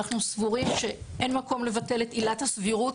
אנחנו סבורים שאין מקום לבטל את עילת הסבירות,